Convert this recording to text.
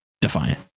Defiant